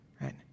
right